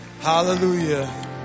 Hallelujah